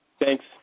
Thanks